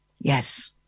Yes